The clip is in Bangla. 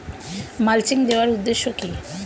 মালচিং দেওয়ার উদ্দেশ্য কি?